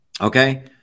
okay